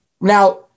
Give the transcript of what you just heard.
Now